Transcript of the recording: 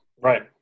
Right